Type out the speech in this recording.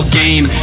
game